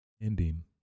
ending